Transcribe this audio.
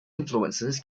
influences